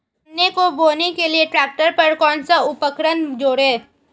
गन्ने को बोने के लिये ट्रैक्टर पर कौन सा उपकरण जोड़ें?